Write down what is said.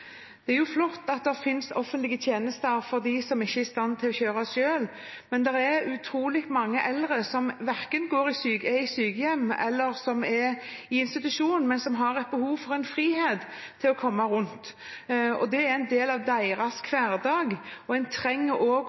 Det er flott at det finnes offentlige tjenester for dem som ikke er i stand til å kjøre selv, men det er utrolig mange eldre som verken er på sykehjem eller institusjon, men som har et behov for en frihet til å komme seg rundt. Det er en del av deres hverdag, og en trenger